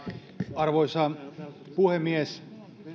arvoisa puhemies